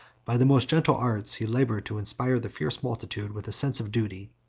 by the most gentle arts he labored to inspire the fierce multitude with a sense of duty,